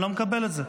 ואני לא מקבל את זה.